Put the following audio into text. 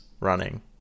running